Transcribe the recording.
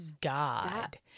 God